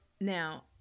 Now